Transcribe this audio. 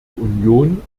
union